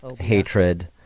hatred